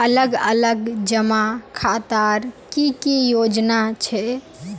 अलग अलग जमा खातार की की योजना छे?